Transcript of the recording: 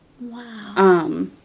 Wow